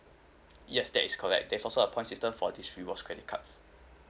yes that is correct there also a point system for this rewards credit cards